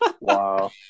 Wow